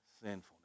sinfulness